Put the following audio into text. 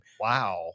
Wow